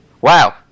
wow